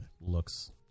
Looks